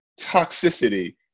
toxicity